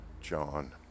John